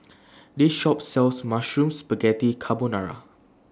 This Shop sells Mushroom Spaghetti Carbonara